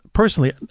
Personally